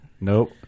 nope